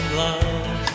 love